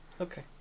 Okay